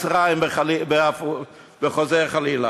מצרים וחוזר חלילה?